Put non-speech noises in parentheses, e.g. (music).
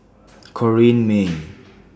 Corrinne May (noise)